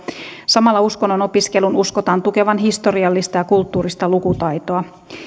samalla uskonnon opiskelun uskotaan tukevan historiallista ja kulttuurista lukutaitoa